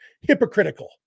Hypocritical